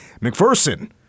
McPherson